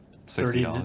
thirty